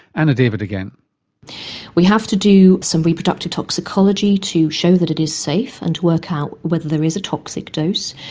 anna david we have to do some reproductive toxicology to show that it is safe and to work out whether there is a toxic dose.